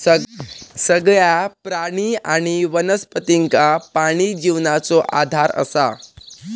सगळ्या प्राणी आणि वनस्पतींका पाणी जिवनाचो आधार असा